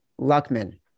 Luckman